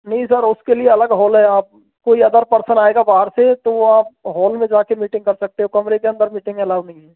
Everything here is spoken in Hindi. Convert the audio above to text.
नहीं सर उ सके लिए अलग होल है आप कोई अदर पर्सन आएगा बाहर से तो आप होल में जाके मीटिंग कर सकते हो कमरे के अंदर मीटिंग एलाऊ नहीं है